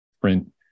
print